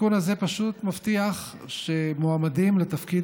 התיקון הזה פשוט מבטיח שמועמדים לתפקיד